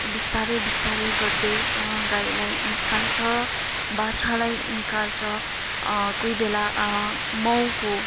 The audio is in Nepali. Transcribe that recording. बिस्तारै बिस्तारै गर्दै गाईलाई निकाल्छ बाछालाई निकाल्छ कोही बेला माउको